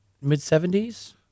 mid-70s